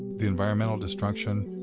the environmental destruction,